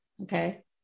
Okay